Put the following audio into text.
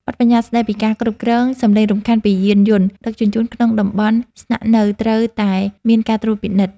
បទប្បញ្ញត្តិស្ដីពីការគ្រប់គ្រងសំឡេងរំខានពីយានយន្តដឹកជញ្ជូនក្នុងតំបន់ស្នាក់នៅត្រូវតែមានការត្រួតពិនិត្យ។